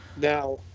Now